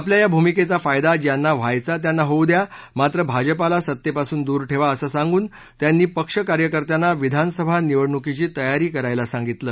आपल्या या भुमिकेचा फायदा ज्यांना व्हायचा त्यांना होऊ द्या मात्र भाजपला सत्तेपासून दूर ठेवा असं सांगून त्यांनी पक्ष कार्यकर्त्यांना विधानसभा निवडणुकीची तयारी करण्यास सांगितलं